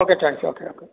okay thanks okay okay